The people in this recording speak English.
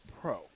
pro